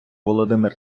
володимир